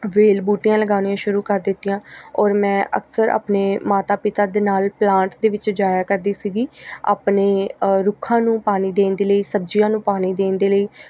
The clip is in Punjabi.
ਵੇਲ ਬੂਟੀਆਂ ਲਗਾਉਣੀਆਂ ਸ਼ੁਰੂ ਕਰ ਦਿੱਤੀਆਂ ਔਰ ਮੈਂ ਅਕਸਰ ਆਪਣੇ ਮਾਤਾ ਪਿਤਾ ਦੇ ਨਾਲ ਪਲਾਂਟ ਦੇ ਵਿੱਚ ਜਾਇਆ ਕਰਦੀ ਸੀਗੀ ਆਪਣੇ ਰੁੱਖਾਂ ਨੂੰ ਪਾਣੀ ਦੇਣ ਦੇ ਲਈ ਸਬਜ਼ੀਆਂ ਨੂੰ ਪਾਣੀ ਦੇਣ ਦੇ ਲਈ